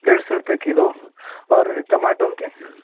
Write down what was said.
ڈیڑھ سو روپئے کلو اور ٹماٹروں کے